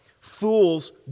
Fools